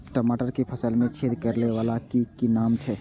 टमाटर के फल में छेद करै वाला के कि नाम छै?